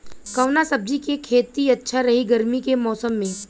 कवना सब्जी के खेती अच्छा रही गर्मी के मौसम में?